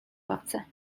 ławce